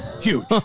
huge